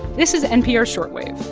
this is npr short wave.